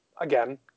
again